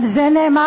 על זה נאמר,